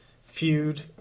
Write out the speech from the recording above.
feud